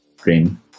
green